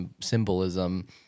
symbolism